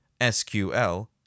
SQL